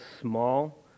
small